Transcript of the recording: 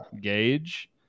gauge